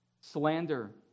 Slander